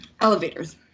elevators